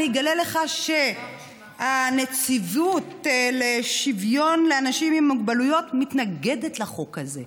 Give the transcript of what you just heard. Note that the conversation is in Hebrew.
אני אגלה לך שהנציבות לשוויון לאנשים עם מוגבלויות מתנגדת לחוק הזה.